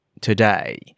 today